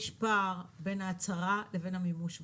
יש פער בין ההצהרה לבין המימוש בפועל,